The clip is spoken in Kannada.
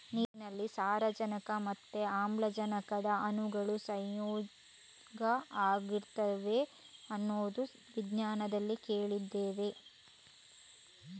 ನೀರಿನಲ್ಲಿ ಸಾರಜನಕ ಮತ್ತೆ ಆಮ್ಲಜನಕದ ಅಣುಗಳು ಸಂಯೋಗ ಆಗಿರ್ತವೆ ಅನ್ನೋದು ವಿಜ್ಞಾನದಲ್ಲಿ ಕಲ್ತಿದ್ದೇವೆ